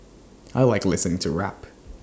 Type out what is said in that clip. I Like listening to rap